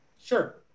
Sure